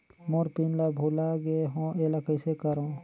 मोर PIN ला भुला गे हो एला कइसे करो?